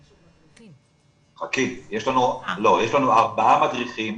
לא, יש לנו ארבעה מדריכים,